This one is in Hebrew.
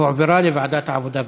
הועברה לוועדת העבודה והרווחה.